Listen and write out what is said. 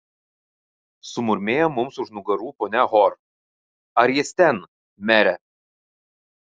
sumurmėjo mums už nugarų ponia hor ar jis ten mere